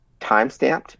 timestamped